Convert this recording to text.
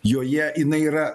joje jinai yra